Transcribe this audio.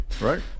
Right